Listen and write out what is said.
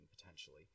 potentially